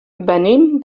venim